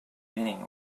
beginning